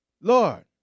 Lord